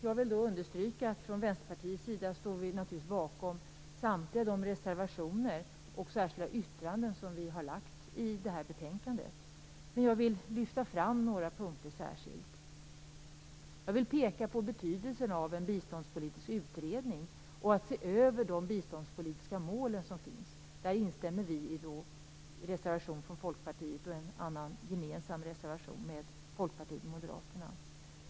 Jag vill understryka att vi från Vänsterpartiets sida naturligtvis står bakom samtliga de reservationer och de särskilda yttranden som vi har fogat till detta betänkande. Men jag vill särskilt lyfta fram några punkter. Jag vill peka på betydelsen av en biståndspolitisk utredning och att man ser över de biståndspolitiska mål som finns. Vi instämmer då i reservationen från Folkpartiet och i en annan reservation som är gemensam med Folkpartiet och Moderaterna.